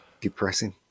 depressing